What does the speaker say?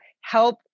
help